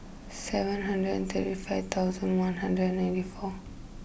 seven hundred and thirty five thousand one hundred and ninety four